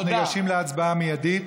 אנחנו ניגשים להצבעה מיידית.